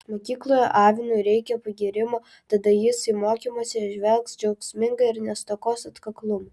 mokykloje avinui reikia pagyrimo tada jis į mokymąsi žvelgs džiaugsmingai ir nestokos atkaklumo